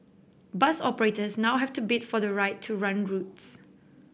bus operators now have to bid for the right to run routes